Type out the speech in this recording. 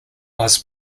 was